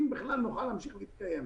אם בכלל נוכל להמשיך להתקיים.